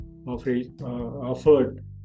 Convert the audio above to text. offered